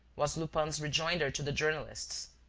was lupin's rejoinder to the journalists.